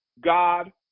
God